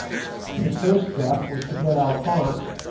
his first step was to get alphonse,